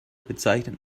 bezeichnet